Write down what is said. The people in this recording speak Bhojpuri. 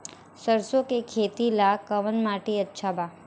सरसों के खेती ला कवन माटी अच्छा बा?